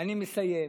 אני מסיים.